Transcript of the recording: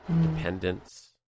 dependence